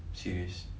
serious